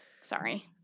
Sorry